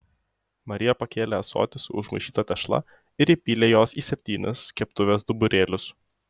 marija pakėlė ąsotį su užmaišyta tešla ir įpylė jos į septynis keptuvės duburėlius